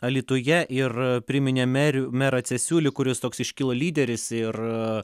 alytuje ir priminė merių merą cesiulį kuris toks iškilo lyderis ir